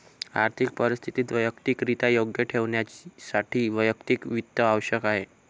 आर्थिक परिस्थिती वैयक्तिकरित्या योग्य ठेवण्यासाठी वैयक्तिक वित्त आवश्यक आहे